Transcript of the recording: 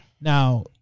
Now